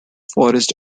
forest